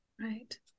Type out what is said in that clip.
Right